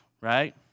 right